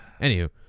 anywho